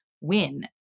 win